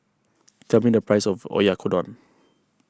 tell me the price of Oyakodon